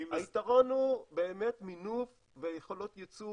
היתרון הוא באמת מינוף ויכולות יצוא